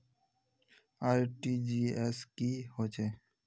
RTGS की होचए?